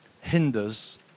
hinders